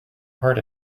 heart